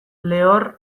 lehor